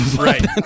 Right